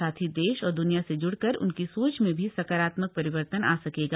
साथ ही देश और द्निया से ज्ड़कर उनकी साघ में भी सकारात्मक परिवर्तन थ सकेगा